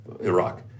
Iraq